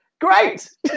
great